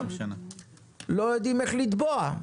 לא יודעים איך לתבוע,